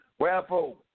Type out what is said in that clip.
Wherefore